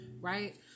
right